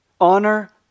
Honor